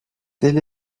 tel